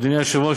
אדוני היושב-ראש,